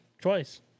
twice